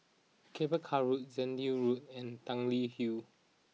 Cable Car Road Road and Tanglin Hill